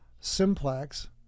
Simplex